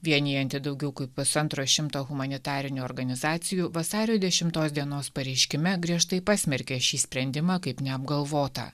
vienijanti daugiau kaip pusantro šimto humanitarinių organizacijų vasario dešimtos dienos pareiškime griežtai pasmerkė šį sprendimą kaip neapgalvotą